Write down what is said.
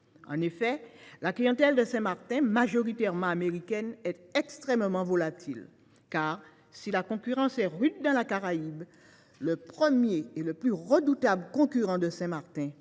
La clientèle de Saint Martin, majoritairement américaine, est extrêmement volatile. Si la concurrence est rude dans la Caraïbe, le premier et le plus redoutable concurrent de Saint Martin